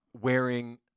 wearing